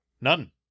None